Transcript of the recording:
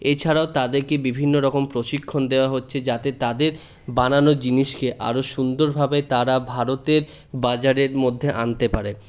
এছাড়াও তাদেরকে বিভিন্ন রকম প্রশিক্ষণ দেওয়া হচ্ছে যাতে তাদের বানানো জিনিসকে আরও সুন্দরভাবে তারা ভারতের বাজারের মধ্যে আনতে পারে